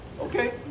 Okay